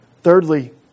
Thirdly